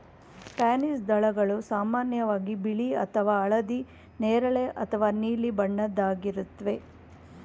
pansy ದಳಗಳು ಸಾಮಾನ್ಯವಾಗಿ ಬಿಳಿ ಅಥವಾ ಹಳದಿ ನೇರಳೆ ಅಥವಾ ನೀಲಿ ಬಣ್ಣದ್ದಾಗಿರುತ್ವೆ